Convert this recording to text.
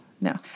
No